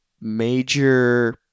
major